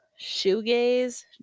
shoegaze